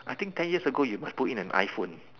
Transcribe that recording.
I think ten years ago you must put in an iPhone